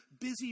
busy